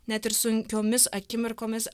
net ir sunkiomis akimirkomis